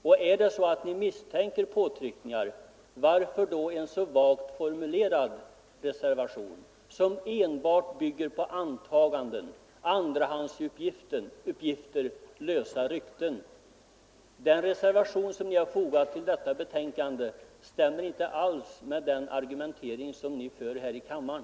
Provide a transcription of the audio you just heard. Och om ni misstänker påtryckningar, varför då en så vagt formulerad reservation som enbart bygger på antaganden, andrahandsuppgifter och lösa rykten? Den reservation som ni har fogat till detta betänkande stämmer inte alls med den argumentering ni för här i kammaren.